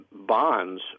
bonds